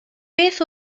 beth